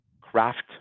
craft